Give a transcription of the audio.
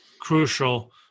crucial